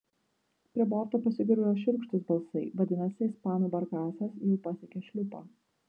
prie borto pasigirdo šiurkštūs balsai vadinasi ispanų barkasas jau pasiekė šliupą